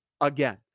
again